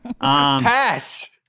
Pass